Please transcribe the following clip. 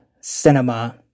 cinema